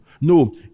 No